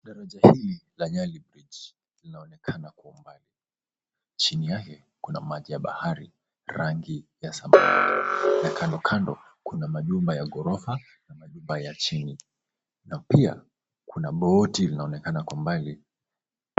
Daraja hili la Nyali bridge linaonekana kwa umbali. Chini yake kuna maji ya bahari, rangi ya samawati na kando kando kuna majumba ya gorofa na majumba ya chini na pia kuna boti linaloonekana kwa umbali.